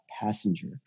passenger